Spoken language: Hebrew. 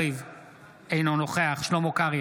אינו נוכח שלמה קרעי,